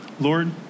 Lord